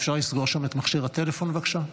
אפשר לסגור שם את מכשיר הטלפון, בבקשה?